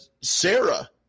Sarah